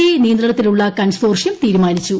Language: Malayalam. ഐ നിയന്ത്രണത്തിലുള്ള കൺസോർഷ്യം തീരുമാനിച്ചു